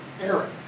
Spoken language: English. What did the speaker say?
Aaron